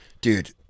dude